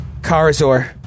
Karazor